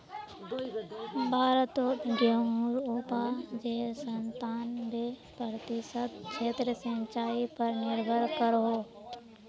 भारतोत गेहुंर उपाजेर संतानबे प्रतिशत क्षेत्र सिंचाई पर निर्भर करोह